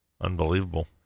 Unbelievable